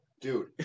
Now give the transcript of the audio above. Dude